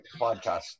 podcast